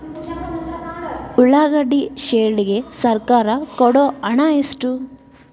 ಉಳ್ಳಾಗಡ್ಡಿ ಶೆಡ್ ಗೆ ಸರ್ಕಾರ ಕೊಡು ಹಣ ಎಷ್ಟು?